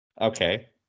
Okay